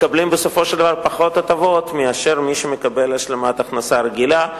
מקבלים בסופו של דבר פחות הטבות ממי שמקבל השלמת הכנסה רגילה.